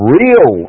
real